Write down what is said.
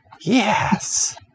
Yes